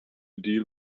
deal